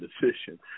decision